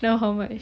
now how much